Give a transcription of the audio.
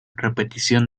repetición